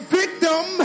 victim